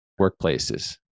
workplaces